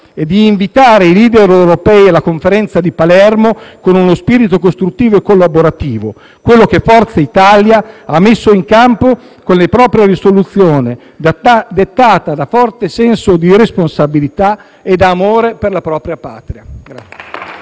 e di invitare i *leader* europei alla Conferenza di Palermo con uno spirito costruttivo e collaborativo, quello che Forza Italia ha messo in campo con la propria proposta di risoluzione, dettata da forte senso di responsabilità e da amore per la propria Patria.